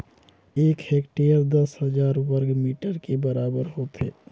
एक हेक्टेयर दस हजार वर्ग मीटर के बराबर होथे